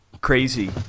crazy